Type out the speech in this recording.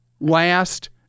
last